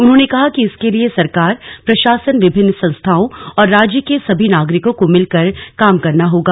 उन्होंने कहा कि इसके लिए सरकार प्रशासन विभिन्न संस्थाओं और राज्य के सभी नागरिकों को मिलकर काम करना होगा